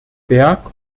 berg